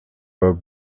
her